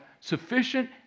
sufficient